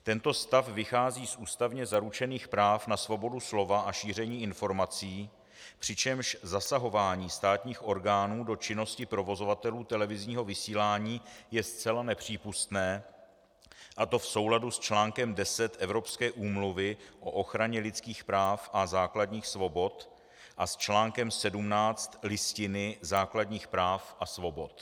Tento stav vychází z ústavně zaručených práv na svobodu slova a šíření informací, přičemž zasahování státních orgánů do činnosti provozovatelů televizního vysílání je zcela nepřípustné, a to v souladu s článkem 10 Evropské úmluvy o ochraně lidských práv a základních svobod a s článkem 17 Listiny základních práv a svobod.